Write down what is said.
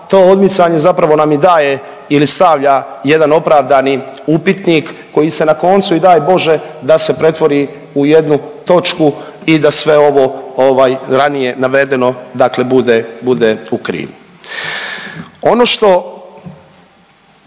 to odmicanje nam zapravo i daje ili stavlja jedan opravdani upitnik koji se na koncu i daj Bože da se pretvori u jednu točku i da sve ovo ovaj ranije navedeno dakle